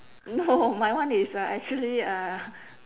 no my one is uh actually uh